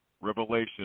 Revelation